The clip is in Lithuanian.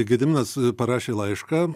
gediminas parašė laišką